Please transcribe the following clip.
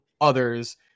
others